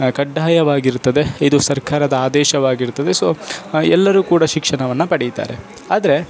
ಕಡ್ಡಾಯವಾಗಿರ್ತದೆ ಇದು ಸರ್ಕಾರದ ಆದೇಶವಾಗಿರ್ತದೆ ಸೊ ಎಲ್ಲರೂ ಕೂಡ ಶಿಕ್ಷಣವನ್ನು ಪಡೀತಾರೆ ಆದರೆ